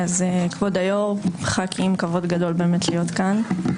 אז כבוד היו"ר, ח"כים, כבוד גדול באמת להיות כאן.